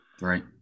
right